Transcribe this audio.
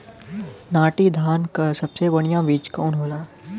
नाटी धान क सबसे बढ़िया बीज कवन होला?